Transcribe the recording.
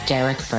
Derek